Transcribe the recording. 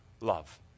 love